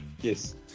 Yes